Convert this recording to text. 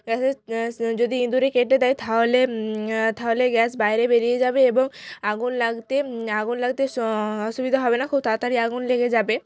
গ্যাসের যদি ইঁদুরে কেটে দেয় তাহলে তাহলে গ্যাস বাইরে বেরিয়ে যাবে এবং আগুন লাগতে আগুন লাগতে অসুবিধা হবে না খুব তাড়াতাড়ি আগুন লেগে যাবে